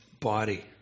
body